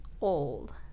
old